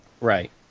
right